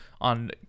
on